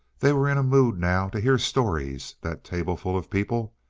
they were in a mood, now, to hear stories, that tableful of people.